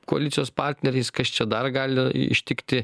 koalicijos partneriais kas čia dar gali ištikti